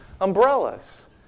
umbrellas